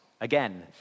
again